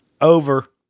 over